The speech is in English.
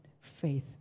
faith